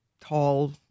tall